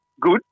good